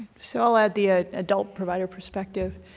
so i'll add the ah adult provider perspective.